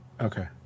Okay